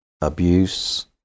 abuse